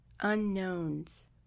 unknowns